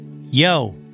Yo